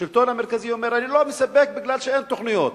אז השלטון המרכזי אומר: אני לא מספק כי אין תוכניות.